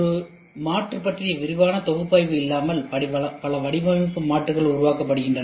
ஒரு மாற்று பற்றிய விரிவான பகுப்பாய்வு இல்லாமல் பல வடிவமைப்பு மாற்றுகள் உருவாக்கப்படுகின்றன